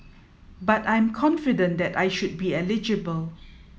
but I'm confident that I should be eligible